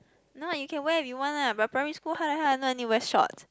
no you can wear if you want lah but primary school how the hell I know I need to wear shorts